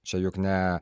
čia juk ne